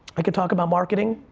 i could talk about marketing,